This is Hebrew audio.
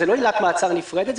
זו לא עילת מעצר נפרדת,